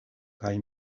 kaj